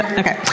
okay